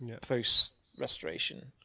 post-restoration